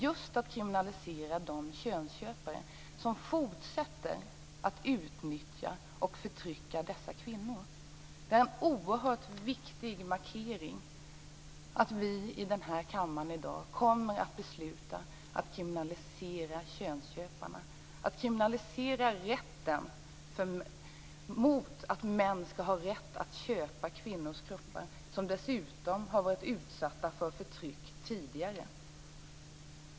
Vi kriminaliserar just de könsköpare som fortsätter att utnyttja och förtrycka dessa kvinnor. Det är en oerhört viktig markering att vi i den här kammaren i dag kommer att besluta att kriminalisera könsköparna, att kriminalisera att män skall ha rätt att köpa kvinnors kroppar, kvinnor som dessutom har varit utsatta för förtryck tidigare.